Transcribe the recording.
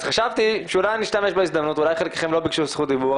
אז חשבתי שאולי אני אשתמש בהזדמנות אולי חלקכם לא ביקשו זכות דיבור,